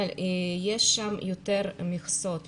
אבל יש שם יותר מכסות,